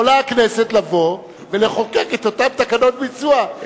יכולה הכנסת לבוא ולחוקק את אותן תקנות ביצוע,